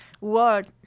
word